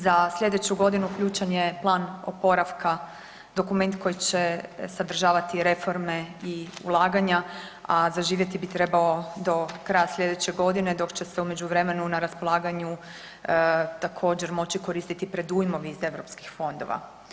Za sljedeću godinu uključen je Plan oporavka dokument koji će sadržavati reforme i ulaganja, a zaživjeti bi trebao do kraja sljedeće godine dok će se u međuvremenu na raspolaganju također moći koristiti predujmovi iz europskih fondova.